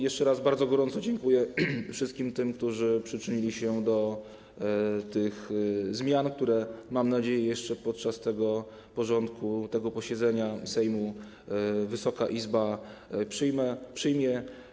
Jeszcze raz bardzo gorąco dziękuję wszystkim tym, którzy przyczynili się do tych zmian, które - mam nadzieję - jeszcze podczas tego porządku posiedzenia Sejmu Wysoka Izba przyjmie.